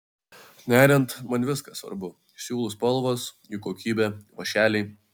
neriant man viskas svarbu siūlų spalvos jų kokybė vąšeliai